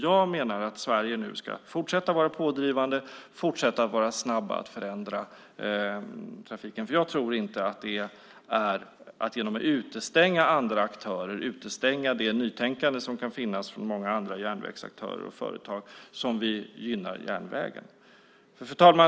Jag menar att Sverige nu ska fortsätta att vara pådrivande och fortsätta att vara snabb att förändra trafiken. Jag tror inte att det är genom att utestänga andra aktörer och utestänga det nytänkande som kan finnas hos många andra järnvägsaktörer och företag som vi gynnar järnvägen. Fru talman!